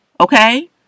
okay